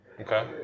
Okay